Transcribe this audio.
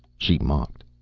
she mocked,